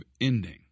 ending